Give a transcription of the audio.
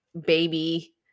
baby